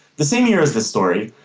the same year as this story,